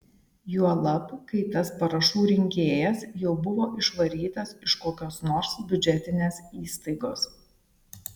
juolab kai tas parašų rinkėjas jau buvo išvarytas iš kokios nors biudžetinės įstaigos